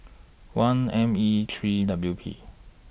one M E three W P